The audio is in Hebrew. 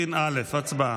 הצבעה.